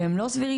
שהם לא סבירים,